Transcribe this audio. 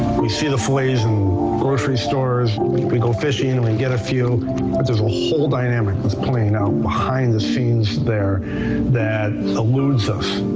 we see the filets in grocery stores, we we go fishing and and get a few, but there's a whole dynamic that's playing out behind the scenes there that eludes us.